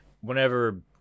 whenever